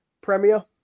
Premier